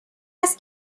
هست